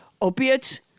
opiates